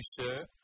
sir